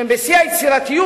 כשהם בשיא היצירתיות,